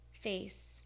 face